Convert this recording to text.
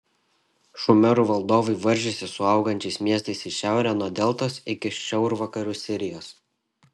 šumerų valdovai varžėsi su augančiais miestais į šiaurę nuo deltos iki šiaurvakarių sirijos